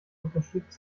unterstützt